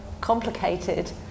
complicated